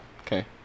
Okay